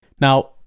Now